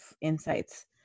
insights